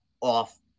off